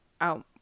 out